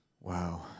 wow